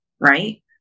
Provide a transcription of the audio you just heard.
right